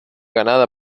ganada